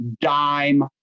dime